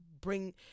bring